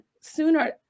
sooner